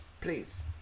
Please